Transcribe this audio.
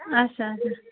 اچھا اچھا